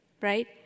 right